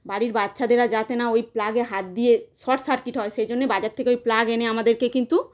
বাড়ির বাচ্চাদেরা যাতে না ওই প্লাগে হাত দিয়ে শর্ট সার্কিট হয় সেই জন্যে বাজার থেকে ওই প্লাগ এনে আমাদেরকে কিন্তু